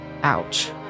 Ouch